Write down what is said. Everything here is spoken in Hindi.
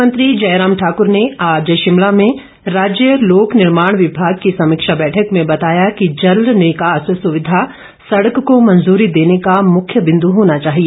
मुख्यमंत्री जयराम ठाकुर ने आज शिमला में राज्य लोक निर्माण विभाग की समीक्षा बैठक में बताया कि जल निकास सुविधा सड़क को मंजूरी देने का मुख्य बिंद होना चाहिए